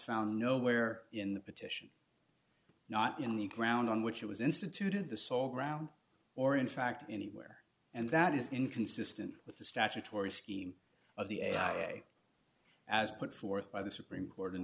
found nowhere in the petition not in the ground on which it was instituted the sole ground or in fact anywhere and that is inconsistent with the statutory scheme of the a i a as put forth by the supreme court in